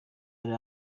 ari